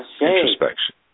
Introspection